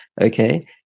Okay